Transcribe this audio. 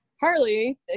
Harley